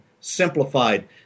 Simplified